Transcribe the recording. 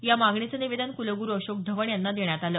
या मागणीचं निवेदन कुलगुरु अशोक ढवण यांना देण्यात आलं